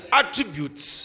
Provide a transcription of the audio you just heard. attributes